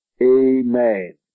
amen